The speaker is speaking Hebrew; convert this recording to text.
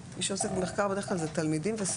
מי שעוסק במחקר בדרך כלל זה תלמידים וסטודנטים.